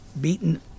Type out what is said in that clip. beaten